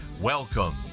Welcome